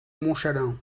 montchalin